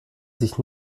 sich